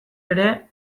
ere